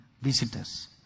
visitors